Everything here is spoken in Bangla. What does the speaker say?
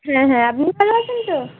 হ্যাঁ হ্যাঁ আপনি ভালো আছেন তো